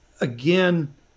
again